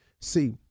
See